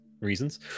reasons